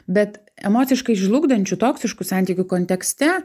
bet emociškai žlugdančių toksiškų santykių kontekste